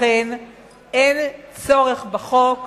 לכן אין צורך בחוק,